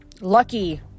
lucky